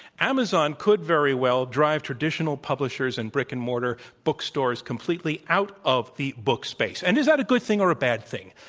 amazon could very well drive traditional publishers and brick and mortar bookstores completely out of the book space. and is that a good thing or a bad thing?